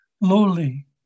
lowly